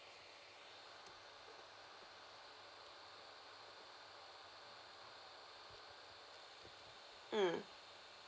mm